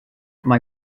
mae